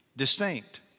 distinct